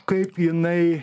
kaip jinai